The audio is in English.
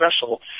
special